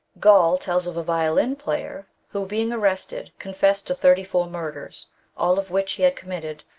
gall tells of a violin-player, who, being arrested, confessed to thirty-four mnrders, all of which he had committed,